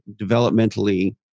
developmentally